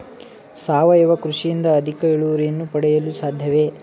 ಸಾವಯವ ಕೃಷಿಯಿಂದ ಅಧಿಕ ಇಳುವರಿಯನ್ನು ಪಡೆಯಲು ಸಾಧ್ಯವೇ?